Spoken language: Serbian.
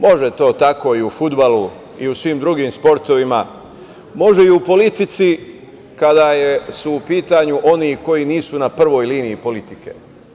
Može to tako i u fudbalu i u svim drugim sportovima, može i u politici kada su u pitanju oni koji nisu na prvoj liniji politike.